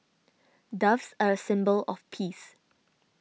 doves are a symbol of peace